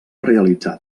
realitzar